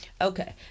okay